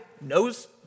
knows